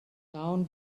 down